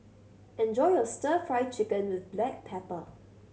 enjoy your Stir Fry Chicken with black pepper